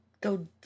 go